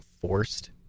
forced